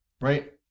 right